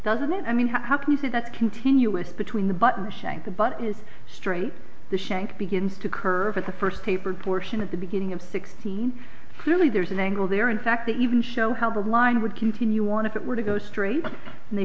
doesn't i mean how can you say that continuous between the button shank the butt is straight the shank begins to curve at the first tapered portion at the beginning of sixteen clearly there's an angle there in fact that you can show how the line would continue want to get where to go straight and they